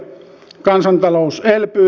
kansantalous elpyy